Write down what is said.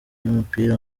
y’umupira